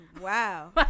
Wow